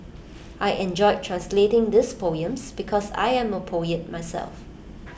I enjoyed translating those poems because I am A poet myself